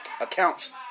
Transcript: accounts